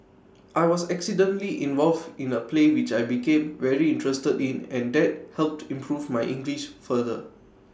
I was accidentally involved in A play which I became very interested in and that helped improve my English further